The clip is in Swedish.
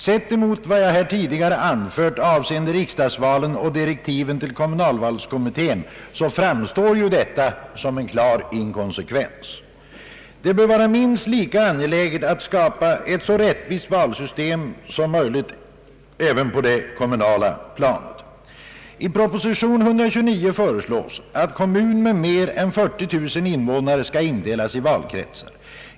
Sett emot vad jag tidigare här anfört avseende riksdagsvalen och direktiven till kommunalvalskommittén framstår detta som en klar inkonsekvens. Det bör vara minst lika angeläget att skapa ett så rättvist valsystem som möjligt även på det kommunala planet. I propositionen 129 föreslås att kommun med mer än 40 000 invånare skall indelas i valkretsar.